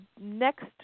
next